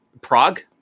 Prague